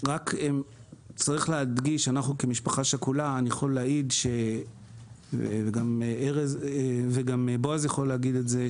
אנחנו כמשפחה שכולה וגם בועז יכול להגיד את זה,